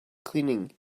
cleaning